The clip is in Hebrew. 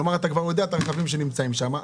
כלומר אתה כבר יודע אילו רכבים נמצאים שם,